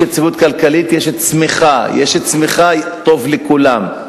יש יציבות כלכלית, יש צמיחה, יש צמיחה, טוב לכולם.